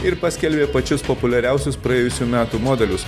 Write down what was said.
ir paskelbė pačius populiariausius praėjusių metų modelius